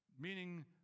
Meaning